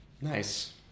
Nice